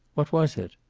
what was it?